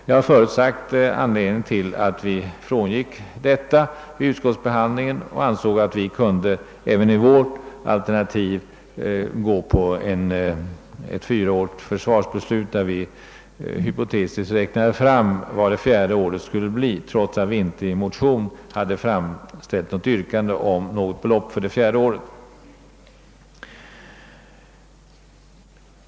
Jag har förut redovisat anledningen till att vi frångick detta vid utskottsbehandlingen och ansåg att vi även i vårt alternativ kunde gå med på ett fyraårigt försvarsbeslut, där vi hypotetiskt räknade fram anslaget för det fjärde året, trots att vi inte i motion framställt något yrkande om belopp för det fjärde året.